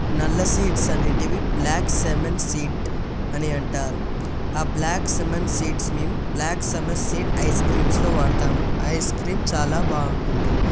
నల్ల సీడ్స్ అనేటివి black sesame seed అని అంటారు ఆ బ్లాక్ సీసం సీడ్స్ మేము బ్లాక్ సీసం సీడ్ ఐస్ క్రీమ్స్లో వాడతాము ఆ ఐస్ క్రీమ్ చాలా బాగుంటుంది